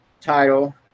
title